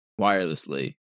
wirelessly